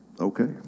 Okay